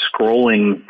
scrolling